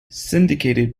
syndicated